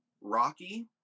Rocky